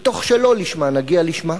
מתוך שלא לשמה נגיע לשמה.